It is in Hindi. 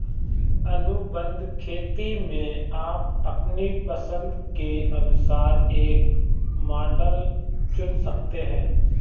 अनुबंध खेती में आप अपनी पसंद के अनुसार एक मॉडल चुन सकते हैं